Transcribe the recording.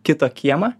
kito kiemą